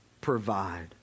provide